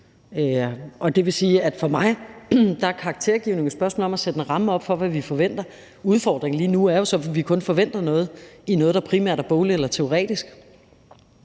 et badeværelse. For mig er karaktergivning et spørgsmål om at sætte en ramme op for, hvad vi forventer. Udfordringen lige nu er jo så, at vi kun forventer noget i det, der primært er bogligt eller teoretisk,